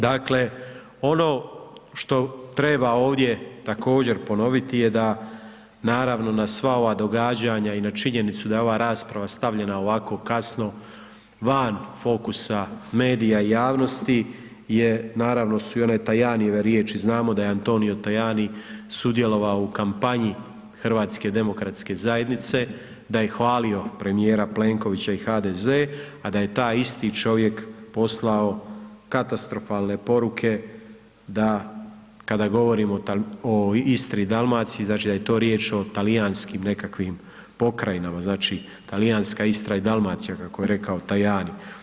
Dakle, ono što treba ovdje također ponoviti je da, naravno, na sva ova događanja i na činjenicu da je ova rasprava stavljena ovako kasno van fokusa medija i javnosti je naravno su one Tajanijeve riječi znamo da je Antonio Tajani sudjelovao u kampanji HDZ-a, da je hvalio premijera Plenkovića i HDZ, a da je taj isti čovjek poslao katastrofalne poruke da kada govorimo o Istri i Dalmaciji, znači da je to riječ o talijanskim nekakvim pokrajinama, znači talijanska Istra i Dalmacija kako je rekao Tajani.